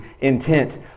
intent